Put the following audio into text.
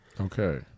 Okay